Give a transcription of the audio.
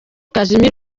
casmir